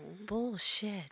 Bullshit